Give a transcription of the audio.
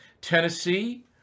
Tennessee